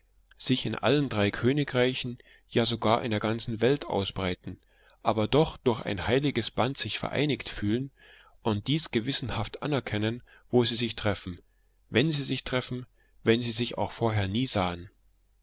sich in allen drei königreichen ja sogar in der ganzen welt ausbreiten aber doch durch ein heiliges band sich vereinigt fühlen und dies gewissenhaft anerkennen wo sie sich treffen wenn sie sich treffen wenn sie sich auch vorher nie sahen